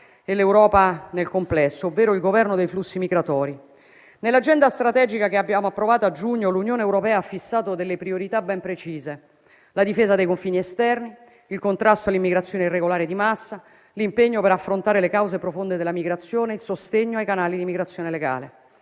e l'Europa nel complesso, ovvero il governo dei flussi migratori. Nell'agenda strategica che abbiamo approvato a giugno l'Unione europea ha fissato priorità ben precise: la difesa dei confini esterni; il contrasto all'immigrazione irregolare di massa; l'impegno per affrontare le cause profonde della migrazione e il sostegno ai canali d'immigrazione legale,